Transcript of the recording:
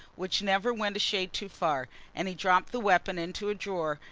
which never went a shade too far and he dropped the weapon into a drawer,